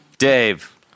Dave